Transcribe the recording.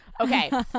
Okay